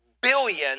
billion